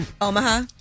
Omaha